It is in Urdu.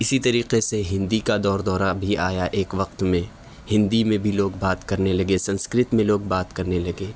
اسی طریقے سے ہندی کا دور دورہ بھی آیا ایک وقت میں ہندی میں بھی لوگ بات کرنے لگے سنسکرت میں لوگ بات کرنے لگے